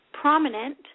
prominent